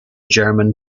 german